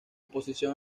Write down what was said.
posición